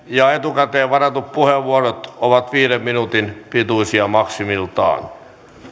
ja etukäteen varatut puheenvuorot ovat viiden minuutin pituisia maksimissaan